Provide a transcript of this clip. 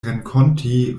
renkonti